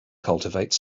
cultivate